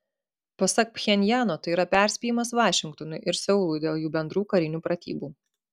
pasak pchenjano tai yra perspėjimas vašingtonui ir seului dėl jų bendrų karinių pratybų